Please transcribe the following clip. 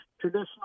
traditional